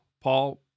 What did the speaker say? Paul